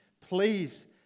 please